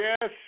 yes